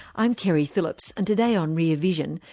i'm keri phillips and today on rear vision,